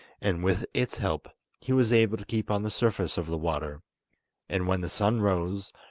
and with its help he was able to keep on the surface of the water and when the sun rose,